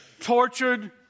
tortured